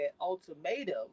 Ultimatum